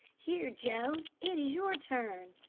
here, joe it is your turn.